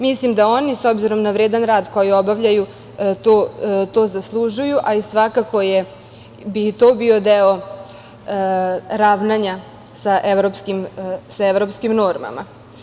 Mislim da oni, s obzirom na vredan rad koji obavljaju, to zaslužuju, a i svakako bi to bio deo ravnanja sa evropskim normama.